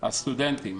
הסטודנטים.